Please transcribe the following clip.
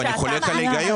לא, אני חולק על ההיגיון.